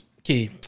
okay